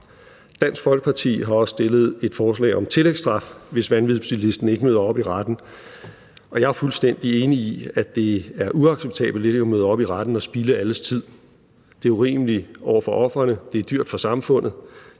Dansk Folkeparti har også stillet et forslag om tillægsstraf, hvis vanvidsbilisten ikke møder op i retten. Og jeg er fuldstændig enig i, at det er uacceptabelt ikke at møde op retten og spilde alles tid. Det er urimeligt over for ofrene, det er dyrt for samfundet.